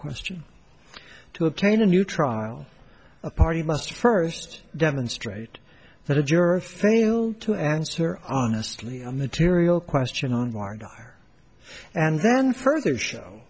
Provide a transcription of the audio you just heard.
question to obtain a new trial a party must first demonstrate that a juror failed to answer honestly a material question anwar and then further show